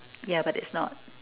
yeah but it's not